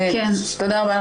תודה רבה.